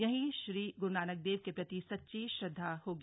यही श्री गुरूनानक देव के प्रति सच्ची श्रद्धा होगी